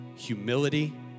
humility